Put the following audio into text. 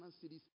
cities